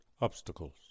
obstacles